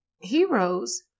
heroes